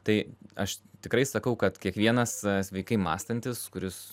tai aš tikrai sakau kad kiekvienas sveikai mąstantis kuris